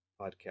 podcast